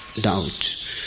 doubt